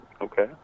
Okay